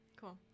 Cool